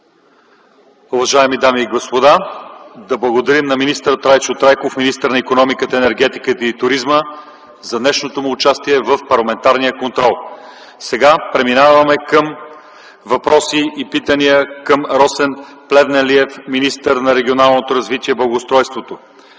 Уважаеми дами и господа, да благодарим на министър Трайчо Трайков – министър на икономиката, енергетиката и туризма, за днешното му участие в парламентарния контрол. Преминаваме към въпроси и питания към Росен Плевнелиев – министър на регионалното развитие и благоустройството.